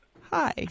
Hi